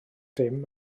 dim